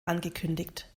angekündigt